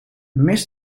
mist